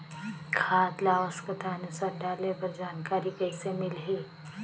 खाद ल आवश्यकता अनुसार डाले बर जानकारी कइसे मिलही?